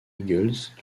eagles